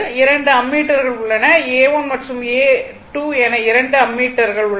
2 அம்மீட்டர்கள் உள்ளன A 1 மற்றும் A 2 என இரண்டு அம்மீட்டர்கள் உள்ளன